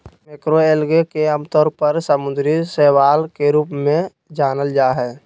macroalgae के आमतौर पर समुद्री शैवाल के रूप में जानल जा हइ